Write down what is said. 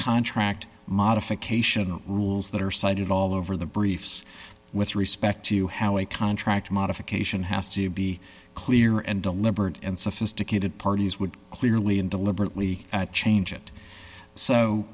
contract modification of rules that are cited all over the briefs with respect to how a contract modification has to be clear and deliberate and sophisticated parties would clearly and deliberately change it so